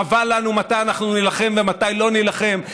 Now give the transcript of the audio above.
קבע לנו מתי אנחנו נילחם ומתי לא נילחם,